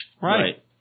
Right